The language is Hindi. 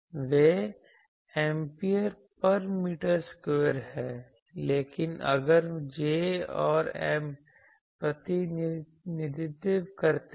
वे एम्पीयर पर मीटर स्क्वेयर हैं लेकिन अगर J और M प्रतिनिधित्व करते हैं